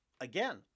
again